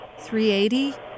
380